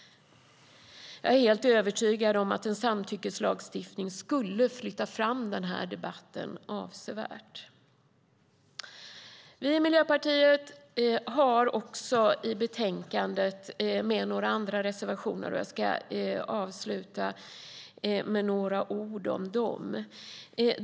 Jag är helt övertygad om att en samtyckeslagstiftning skulle flytta fram debatten avsevärt. Vi i Miljöpartiet har också i betänkandet haft med några andra reservationer, och jag ska avsluta med några ord om dem.